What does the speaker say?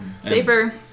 Safer